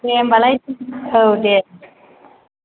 दे होम्बालाय औ दे